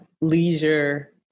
leisure